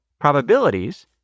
probabilities